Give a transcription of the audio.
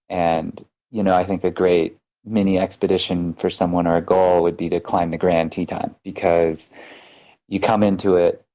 and you know i think a great mini expedition for someone or a goal would be to climb the grand teton. because you come into it,